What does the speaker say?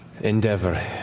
endeavor